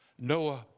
Noah